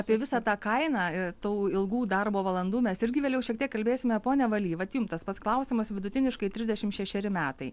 apie visą tą kainą tų ilgų darbo valandų mes irgi vėliau šiek tiek kalbėsime pone valy va jum tas pats klausimas vidutiniškai trisdešimt šešeri metai